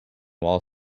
while